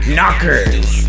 Knockers